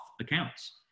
accounts